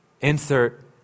Insert